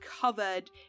covered